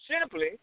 simply